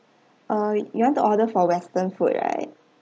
uh you want to order for western food right